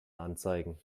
anzeigen